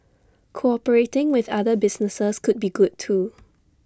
cooperating with other businesses could be good too